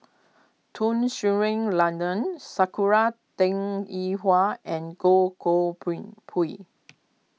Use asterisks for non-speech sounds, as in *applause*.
Tun Sri Lanang Sakura Teng Ying Hua and Goh Koh *unintelligible* Pui